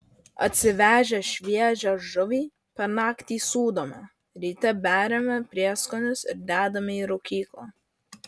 atsivežę šviežią žuvį per naktį sūdome ryte beriame prieskonius ir dedame į rūkyklą